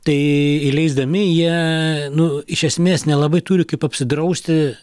tai įleisdami jie nu iš esmės nelabai turi kaip apsidrausti